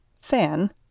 fan